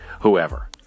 whoever